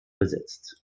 besetzt